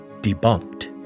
debunked